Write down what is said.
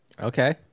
Okay